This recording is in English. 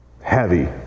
heavy